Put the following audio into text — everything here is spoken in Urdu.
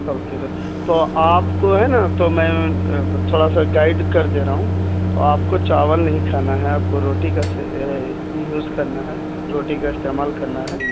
سو کلو تو آپ کو ہے نا تو میں تھوڑا سا گائیڈ کر دے رہا ہوں تو آپ کو چاول نہیں کھانا ہے آپ کو روٹی کا یوز کرنا ہے روٹی کا استعمال کرنا ہے